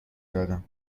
دادم